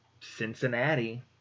Cincinnati